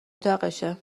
اتاقشه